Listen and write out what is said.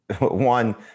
one